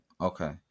Okay